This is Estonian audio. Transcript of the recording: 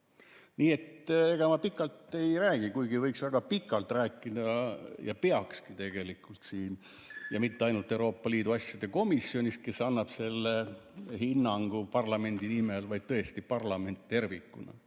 Nii et ega ma pikalt ei räägi, kuigi võiks väga pikalt rääkida ja peakski rääkima tegelikult siin ja mitte ainult Euroopa Liidu asjade komisjonis, kes annab selle hinnangu parlamendi nimel, vaid tõesti parlamendis tervikuna.